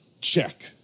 Check